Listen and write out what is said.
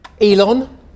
Elon